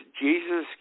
Jesus